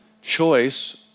choice